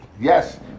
Yes